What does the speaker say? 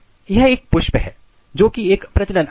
यह एक पुष्प है जो कि एक प्रजनन अंग है